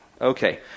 Okay